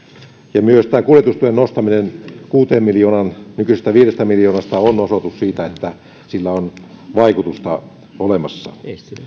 ja myös tämä kuljetustuen nostaminen kuuteen miljoonaan nykyisestä viidestä miljoonasta on osoitus siitä että sillä on vaikutusta olemassa